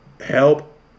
help